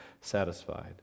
satisfied